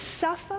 suffer